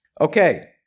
Okay